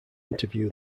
interview